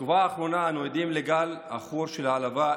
בתקופה האחרונה אנו עדים לגל עכור של העלבה,